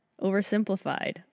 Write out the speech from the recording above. oversimplified